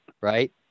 right